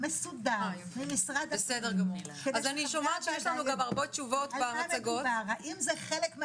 כדי שיעלו את החוק הזה בקריאה ראשונה כדי שאפשר יהיה לדון